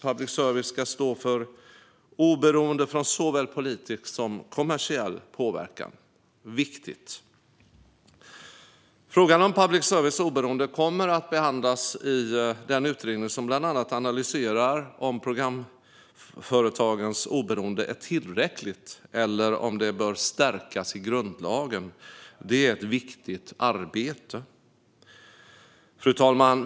Public service ska stå oberoende från såväl politisk som kommersiell påverkan. Det är viktigt. Frågan om public services oberoende kommer att behandlas i den utredning som bland annat analyserar om programföretagens oberoende är tillräckligt eller om det bör stärkas i grundlagen. Det är ett viktigt arbete. Fru talman!